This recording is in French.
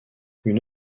une